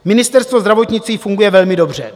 Ministerstvo zdravotnictví funguje velmi dobře.